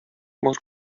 more